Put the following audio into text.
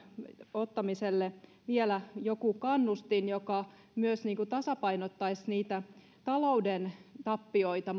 ottamiselle vielä joku kannustin joka mahdollisesti myös tasapainottaisi niitä talouden tappioita